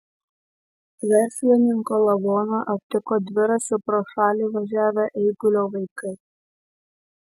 verslininko lavoną aptiko dviračiu pro šalį važiavę eigulio vaikai